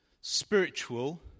spiritual